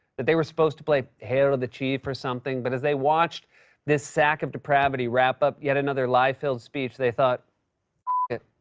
that they were supposed to play hail to the chief or something. but as they watched this sack of depravity wrap up yet another like lie-filled speech, they thought, bleep it.